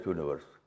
Universe